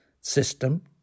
system